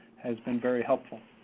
has been very helpful.